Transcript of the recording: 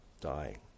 dying